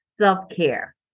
self-care